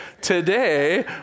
today